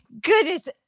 goodness